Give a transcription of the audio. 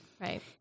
right